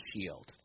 shield